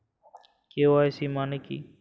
KYC মানে কী?